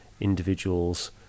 individuals